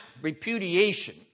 repudiation